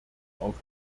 auf